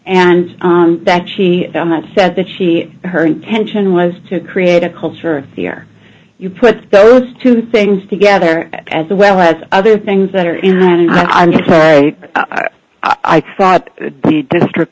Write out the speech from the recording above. and that she said that she her intention was to create a culture where you put those two things together as well as other things that are in it and i'm like i thought the district